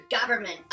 government